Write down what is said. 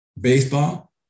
baseball